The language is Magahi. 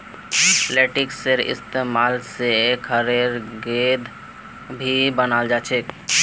लेटेक्सेर इस्तेमाल से रबरेर गेंद भी बनाल जा छे